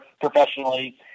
professionally